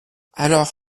alors